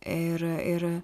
ir ir